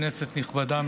כנסת נכבדה,